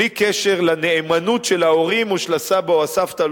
בלי קשר לנאמנות של ההורים או של הסבא או הסבתא.